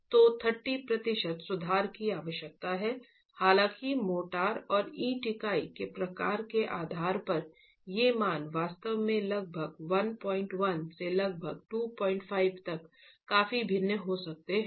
तो 30 प्रतिशत सुधार की आवश्यकता है हालांकि मोर्टार और ईंट इकाई के प्रकार के आधार पर ये मान वास्तव में लगभग 11 से लगभग 25 तक काफी भिन्न हो सकते हैं